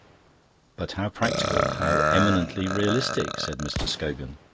but how practical, how eminently realistic! said mr. scogan.